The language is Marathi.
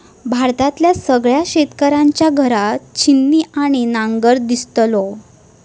भारतातल्या सगळ्या शेतकऱ्यांच्या घरात छिन्नी आणि नांगर दिसतलो